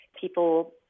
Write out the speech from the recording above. people